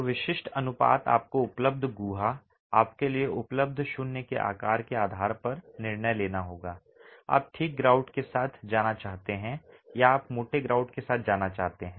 तो विशिष्ट अनुपात आपको उपलब्ध गुहा आपके लिए उपलब्ध शून्य के आकार के आधार पर निर्णय लेना होगा आप ठीक ग्राउट के साथ जाना चाहते हैं या आप मोटे ग्राउट के साथ जाना चाहते हैं